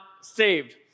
saved